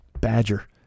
badger